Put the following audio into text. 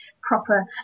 proper